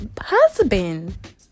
husband